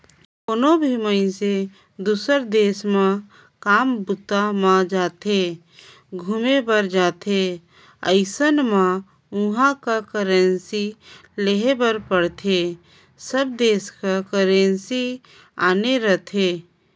कोनो भी मइनसे दुसर देस म काम बूता म जाथे, घुमे बर जाथे अइसन म उहाँ कर करेंसी लेय बर पड़थे सब देस कर करेंसी आने रहिथे